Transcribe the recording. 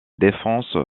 défense